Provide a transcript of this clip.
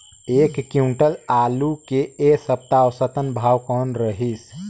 एक क्विंटल आलू के ऐ सप्ता औसतन भाव कौन रहिस?